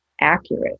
accurate